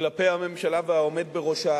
כלפי הממשלה והעומד בראשה